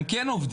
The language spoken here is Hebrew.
הם כן עובדים.